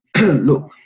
look